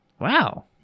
Wow